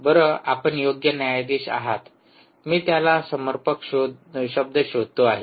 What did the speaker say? बरं आपण योग्य न्यायाधीश आहात मी त्याला समर्पक शब्द शोधतो आहे